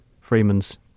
Freeman's